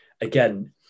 again